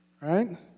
Right